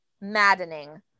maddening